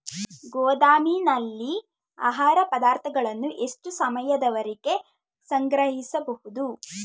ಗೋದಾಮಿನಲ್ಲಿ ಆಹಾರ ಪದಾರ್ಥಗಳನ್ನು ಎಷ್ಟು ಸಮಯದವರೆಗೆ ಸಂಗ್ರಹಿಸಬಹುದು?